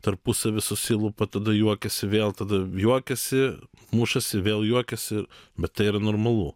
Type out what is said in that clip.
tarpusavy susilupa tada juokiasi vėl tada juokiasi mušasi vėl juokiasi ir bet tai yra normalu